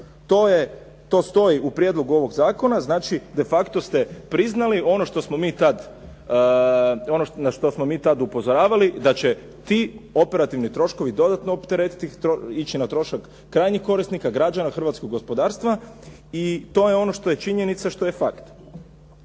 to stoji u prijedlogu ovoga zakona, znači defacto ste priznali ono što smo mi tada, ono na što smo mi tada upozoravali da će ti operativni troškovi dodatno opteretiti, ići na trošak krajnjih korisnika, građana, hrvatskog gospodarstva i to je ono što je činjenica, što je fakt.